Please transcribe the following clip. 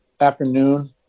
afternoon